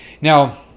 Now